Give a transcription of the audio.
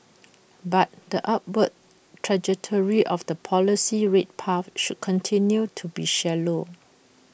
but the upward trajectory of the policy rate path should continue to be shallow